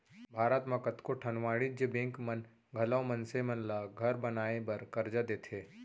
भारत म कतको ठन वाणिज्य बेंक मन घलौ मनसे मन ल घर बनाए बर करजा देथे